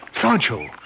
Sancho